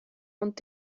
und